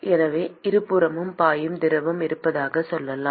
எனவே இருபுறமும் பாயும் திரவம் இருப்பதாகச் சொல்லலாம்